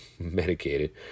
Medicated